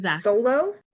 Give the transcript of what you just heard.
solo